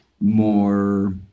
more